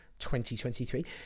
2023